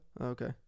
Okay